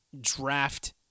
draft